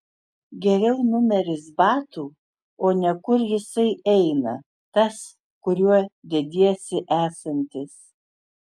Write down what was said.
geriau numeris batų o ne kur jisai eina tas kuriuo dediesi esantis